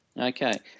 Okay